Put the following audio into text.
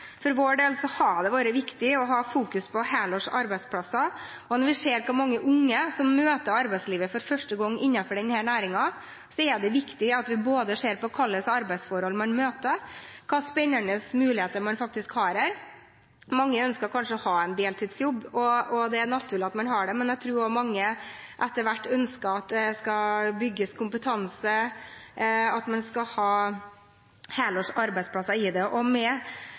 For vår del har det vært viktig å fokusere på helårs arbeidsplasser, og når vi ser hvor mange unge som møter arbeidslivet for første gang innenfor denne næringen, er det viktig at vi ser på både hva slags arbeidsforhold man møter, og hvilke spennende muligheter man faktisk har her. Mange ønsker kanskje å ha en deltidsjobb – og det er naturlig at man har det – men jeg tror mange etter hvert ønsker at det skal bygges kompetanse, at man skal ha helårs arbeidsplasser